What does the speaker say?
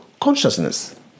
consciousness